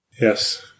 Yes